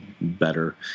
better